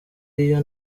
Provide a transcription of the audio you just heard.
iyo